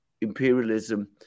imperialism